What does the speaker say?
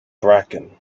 bracken